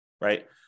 right